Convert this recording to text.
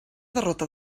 derrota